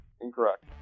Incorrect